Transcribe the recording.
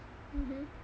mmhmm